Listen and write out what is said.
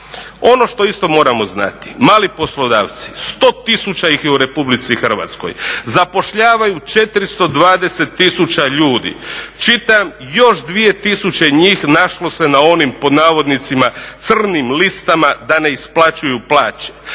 Ono što isto moramo znati, mali poslodavci, 100 tisuća ih je u RH. Zapošljavaju 420 tisuća ljudi, čitam još 2 tisuće njih našlo se na onim, pod navodnicima, crnim listama da ne isplaćuju plaće.